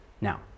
Now